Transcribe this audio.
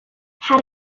had